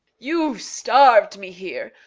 you starved me here.